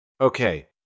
Okay